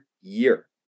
year